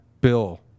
Bill